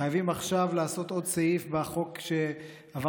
חייבים עכשיו לעשות עוד סעיף בחוק שעבר